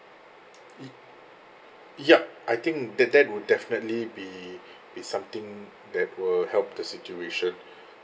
it yup I think that that would definitely be be something that will help the situation